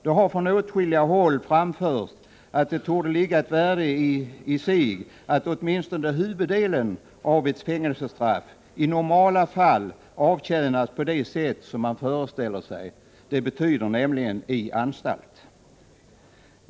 Det har från åtskilliga håll framförts att det torde vara av värde i sig att åtminstone huvuddelen av ett fängelsestraff i normala fall avtjänas på det sätt som man föreställer sig, nämligen på anstalt.